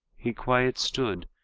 he quiet stood,